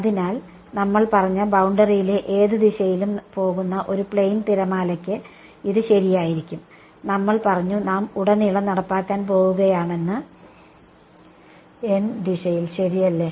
അതിനാൽ നമ്മൾ പറഞ്ഞ ബൌണ്ടറിയിലെ ഏത് ദിശയിലും പോകുന്ന ഒരു പ്ലെയിൻ തിരമാലക്ക് ഇത് ശരിയായിരിക്കും നമ്മൾ പറഞ്ഞു നാം ഉടനീളം നടപ്പാക്കാൻ പോവുകയാണെന്ന് ദിശയിൽ ശരിയല്ലേ